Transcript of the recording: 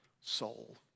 soul